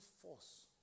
force